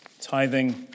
Tithing